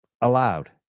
allowed